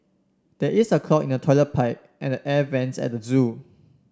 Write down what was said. there is a clog in the toilet pipe and the air vents at the zoo